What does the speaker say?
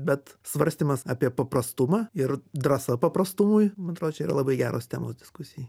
bet svarstymas apie paprastumą ir drąsa paprastumui man atrodo čia yra labai geros temos diskusijai